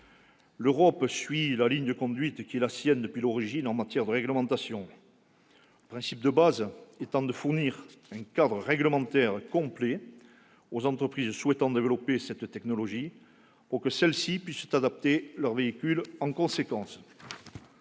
L'Europe suit la ligne de conduite qui est la sienne depuis l'origine en matière de réglementation, le principe de base étant la fourniture d'un cadre réglementaire complet aux entreprises qui souhaitent développer cette technologie afin qu'elles puissent adapter leurs véhicules en conséquence.